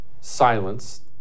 silenced